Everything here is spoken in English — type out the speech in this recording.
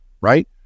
right